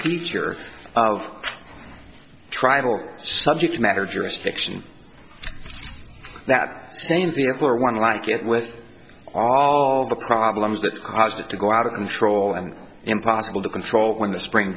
teacher of tribal subject matter jurisdiction that same vehicle or one like it with all the problems that caused it to go out of control and impossible to control when the spring